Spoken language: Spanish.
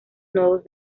nodos